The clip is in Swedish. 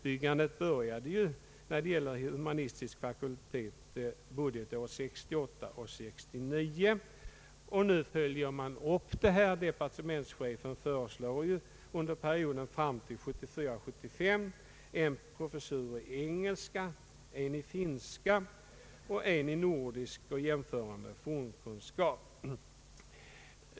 Humanistiska fakulteten började utbyggas budgetåret 1968 75 en professur i engelska, en i finska och en i nordisk och jämförande fornkunskap.